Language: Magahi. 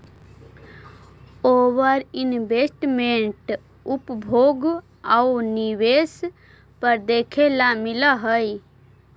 ओवर इन्वेस्टमेंट उपभोग आउ निवेश पर देखे ला मिलऽ हई